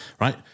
right